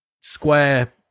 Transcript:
Square